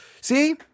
See